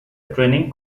training